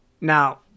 Now